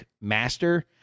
master